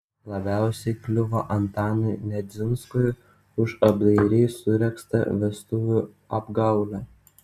labiausiai kliuvo antanui nedzinskui už apdairiai suregztą vestuvių apgaulę